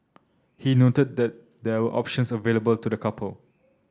he noted that there were options available to the couple